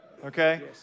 Okay